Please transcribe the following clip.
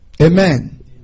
Amen